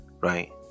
right